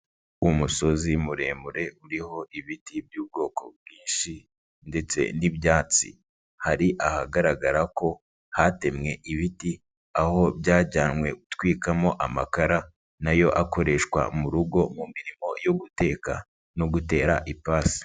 Umusozi muremure uriho ibiti by'ubwoko bwinshi ndetse n'ibyatsi, hari ahagaragara ko hatemwe ibiti aho byajyanwe gutwikamo amakara na yo akoreshwa mu rugo mu mirimo yo guteka no gutera ipasi.